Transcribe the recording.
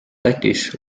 lätis